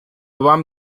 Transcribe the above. вам